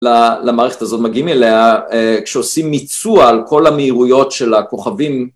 ל-למערכת הזאת, מגיעים אליה, אה, כשעושים מיצוע על כל המהירויות של הכוכבים